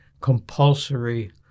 compulsory